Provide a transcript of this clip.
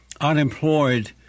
unemployed